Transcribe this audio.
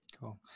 Cool